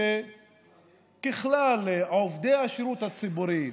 שככלל, עובדי השירות הציבורי,